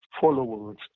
followers